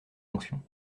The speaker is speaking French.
fonctions